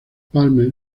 palmer